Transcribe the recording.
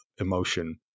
emotion